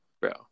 bro